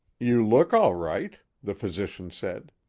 you look all right, the physician said.